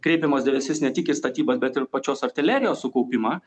kreipiamas dėmesys ne tik į statybas bet ir pačios artilerijos sukaupimą